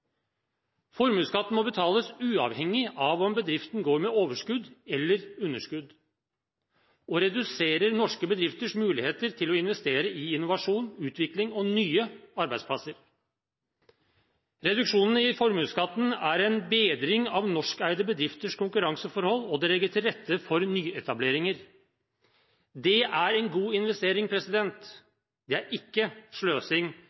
Formuesskatten må betales uavhengig av om bedriften går med overskudd eller underskudd, og den reduserer norske bedrifters muligheter til å investere i innovasjon, utvikling og nye arbeidsplasser. Reduksjonene i formuesskatten er en bedring av norskeide bedrifters konkurranseforhold, og det legger til rette for nyetableringer. Det er en god investering. Det er ikke sløsing,